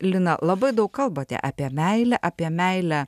lina labai daug kalbate apie meilę apie meilę